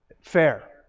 Fair